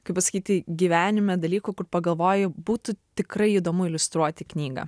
kaip pasakyti gyvenime dalykų kur pagalvoji būtų tikrai įdomu iliustruoti knygą